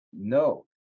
No